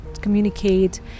communicate